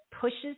pushes